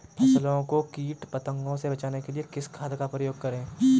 फसलों को कीट पतंगों से बचाने के लिए किस खाद का प्रयोग करें?